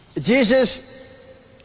Jesus